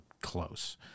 close